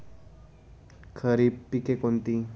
खरीप पिके कोणती?